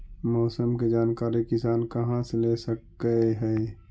मौसम के जानकारी किसान कहा से ले सकै है?